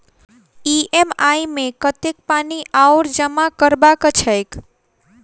EMI मे कतेक पानि आओर जमा करबाक छैक?